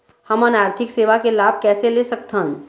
हमन आरथिक सेवा के लाभ कैसे ले सकथन?